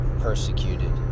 persecuted